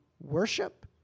worship